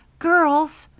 girls!